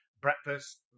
breakfast